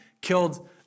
killed